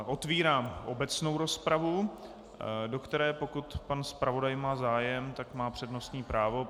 Otvírám obecnou rozpravu, do které pokud pan zpravodaj má zájem, tak má přednostní právo.